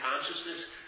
consciousness